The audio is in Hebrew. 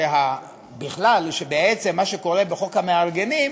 שמה שקורה בחוק המארגנים,